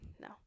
no